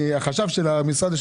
החשב של המשרד,